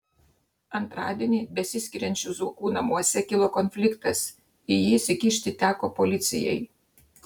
antradienį besiskiriančių zuokų namuose kilo konfliktas į jį įsikišti teko policijai